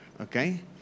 Okay